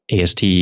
AST